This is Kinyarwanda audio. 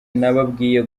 nababwiye